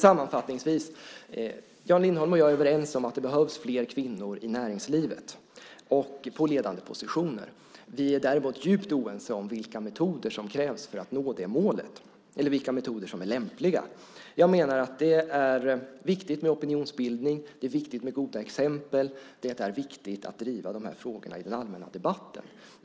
Sammanfattningsvis: Jan Lindholm och jag är överens om att det behövs fler kvinnor i näringslivet och på ledande positioner. Vi är däremot djupt oense om vilka metoder som krävs för att nå det målet och vilka metoder som är lämpliga. Jag menar att det är viktigt med opinionsbildning och goda exempel. Det är viktigt att driva de här frågorna i den allmänna debatten.